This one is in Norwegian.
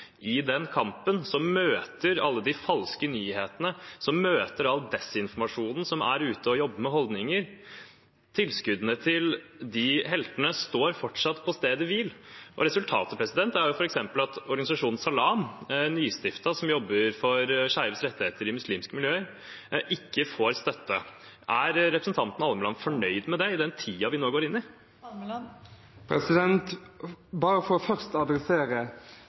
i den kampen, som møter alle de falske nyhetene, som møter all desinformasjonen, og som er ute og jobber med holdninger, fortsatt på stedet hvil. Resultatet er f.eks. at den nystiftede organisasjonen Salam, som jobber for skeives rettigheter i muslimske miljøer, ikke får støtte. Er representanten Almeland fornøyd med det, i den tiden vi nå går inn i? Bare for først å adressere